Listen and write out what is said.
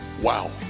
Wow